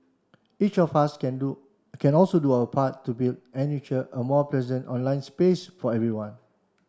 each of us can do can also do our part to build and nurture a more pleasant online space for everyone